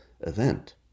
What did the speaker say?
event